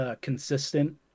consistent